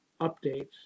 updates